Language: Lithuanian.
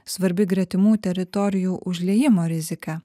svarbi gretimų teritorijų užliejimo rizika